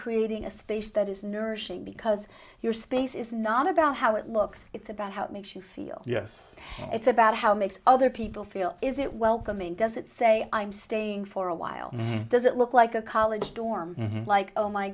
creating a space that is nourishing because your space is not about how it looks it's about how it makes you feel yes it's about how makes other people feel is it welcoming does it say i'm staying for a while does it look like a college dorm like oh my